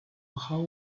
how